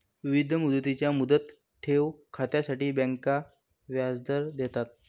विविध मुदतींच्या मुदत ठेव खात्यांसाठी बँका व्याजदर देतात